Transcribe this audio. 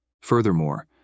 Furthermore